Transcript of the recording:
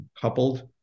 coupled